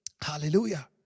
Hallelujah